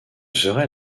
serait